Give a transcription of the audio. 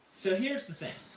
so here's the thing.